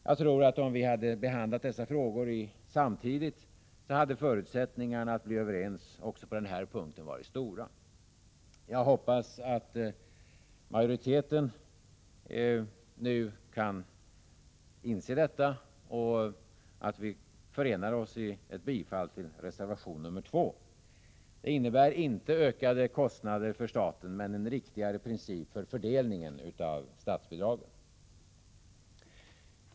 Jag tror att om vi hade behandlat dessa frågor samtidigt, hade förutsättningarna att bli överens också på denna punkt varit stora. Jag hoppas att majoriteten nu kan inse detta och att vi förenar oss i ett bifall till reservation nr 2. Det innebär inte ökade kostnader för staten, men en riktigare princip för fördelningen av statsbidragen.